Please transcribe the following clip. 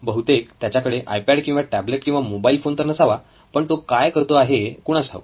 बहुतेक त्याच्याकडे आयपॅड किंवा टॅबलेट किंवा मोबाईल फोन तर नसावा पण तो काय करतो आहे कुणास ठाऊक